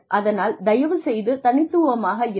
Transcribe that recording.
அதனால் தயவுசெய்து தனித்துவமாக இருங்கள்